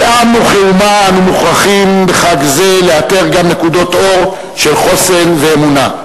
כעם וכאומה אנו מוכרחים בחג זה לאתר גם נקודות אור של חוסן ואמונה.